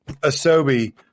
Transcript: Asobi